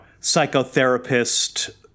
psychotherapist